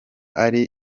ari